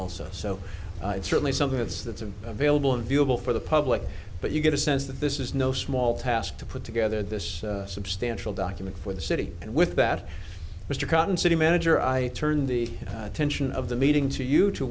also so it's certainly something that's that's a available and viewable for the public but you get a sense that this is no small task to put together this substantial document for the city and with that mr cotton city manager i turn the attention of the meeting to you to